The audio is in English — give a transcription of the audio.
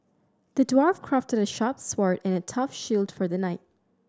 the dwarf crafted a sharp sword and a tough shield for the knight